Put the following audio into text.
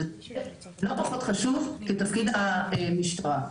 וזה לא פחות חשוב מתפקיד המשטרה.